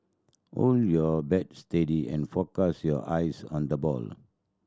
hold your bat steady and focus your eyes on the ball